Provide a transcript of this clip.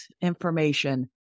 information